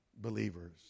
believers